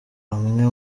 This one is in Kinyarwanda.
amwe